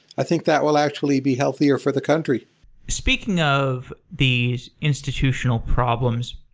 i think that will actually be healthier for the country speaking of these institutional problems,